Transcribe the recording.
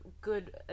good